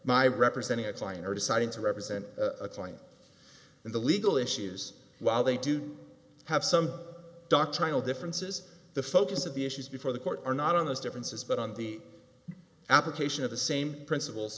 my representing a client or deciding to represent a client in the legal issues while they do have some doctrinal differences the focus of the issues before the court are not on those differences but on the application of the same principle